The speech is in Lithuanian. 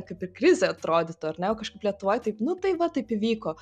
kaip ir krizė atrodytų ar ne o kažkaip lietuvoj taip nu tai va taip įvyko